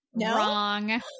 wrong